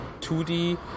2D